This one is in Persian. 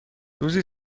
روزی